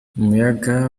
umuyaga